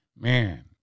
Man